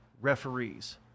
referees